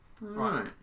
Right